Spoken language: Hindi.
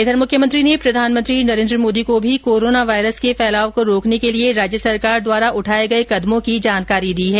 इधर मुख्यमंत्री ने प्रधानमंत्री नरेन्द्र मोदी को भी कोरोना वायरस के फैलाव को रोकने के लिए राज्य सरकार द्वार उठाये गये कदमों की जानकारी दी है